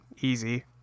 Easy